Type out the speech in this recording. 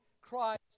Christ